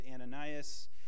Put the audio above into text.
Ananias